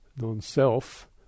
non-self